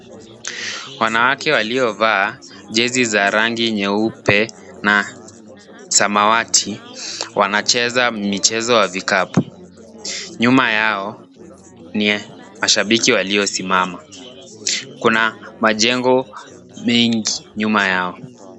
Wanawake waliovaa jezi za rangi nyeupe na samawati wanacheza michezo ya vikapu. Nyuma yao ni mashabiki waliosimama. Kuna majengo mengi nyuma yao.